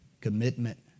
commitment